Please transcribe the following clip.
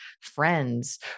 friends